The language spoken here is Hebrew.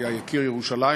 היה יקיר ירושלים,